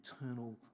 eternal